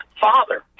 Father